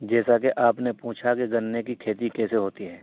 جیسا کہ آپ نے پوچھا کہ گنے کی کھیتی کیسے ہوتی ہے